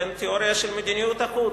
התיאוריה של מדיניות החוץ,